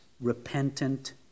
repentant